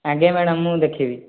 ଆଜ୍ଞା ମ୍ୟାଡ଼ାମ୍ ମୁଁ ଦେଖିବି